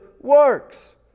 works